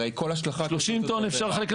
30 טון אפשר לחלק,